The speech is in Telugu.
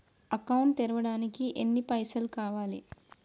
అకౌంట్ తెరవడానికి ఎన్ని పైసల్ కావాలే?